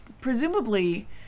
presumably